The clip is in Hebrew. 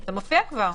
זה מופיע כבר.